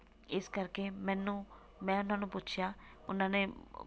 ਇਸ ਕਰਕੇ ਮੈਨੂੰ ਮੈਂ ਉਹਨਾਂ ਨੂੰ ਪੁੱਛਿਆ ਉਹਨਾਂ ਨੇ